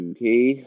Okay